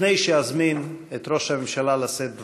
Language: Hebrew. לפני שאזמין את ראש הממשלה לשאת דברים,